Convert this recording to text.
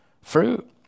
fruit